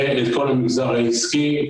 ואת כל המגזר העסקי,